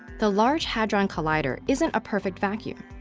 the large hadron collider isn't a perfect vacuum.